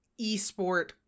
esport